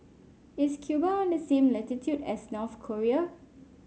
is Cuba on the same latitude as North Korea